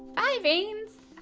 bye brains!